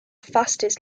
fastest